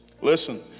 Listen